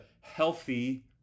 healthy